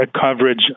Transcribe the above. coverage